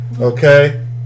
okay